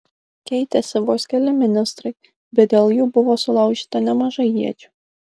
keitėsi vos keli ministrai bet dėl jų buvo sulaužyta nemažai iečių